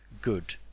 good